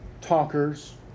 talkers